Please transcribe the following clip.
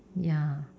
ya